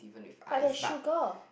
but there is sugar